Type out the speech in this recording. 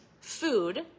food